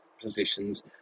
positions